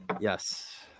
yes